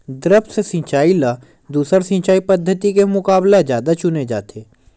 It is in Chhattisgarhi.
द्रप्स सिंचाई ला दूसर सिंचाई पद्धिति के मुकाबला जादा चुने जाथे